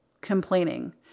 complaining